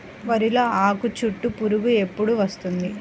వరిలో ఆకుచుట్టు పురుగు ఎప్పుడు వస్తుంది?